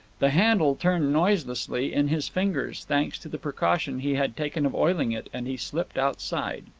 the handle turned noiselessly in his fingers, thanks to the precaution he had taken of oiling it, and he slipped outside.